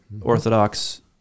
Orthodox